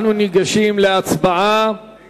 אנחנו ניגשים להצבעה על